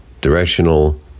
directional